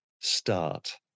start